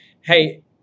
hey